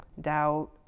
doubt